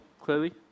clearly